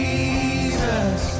Jesus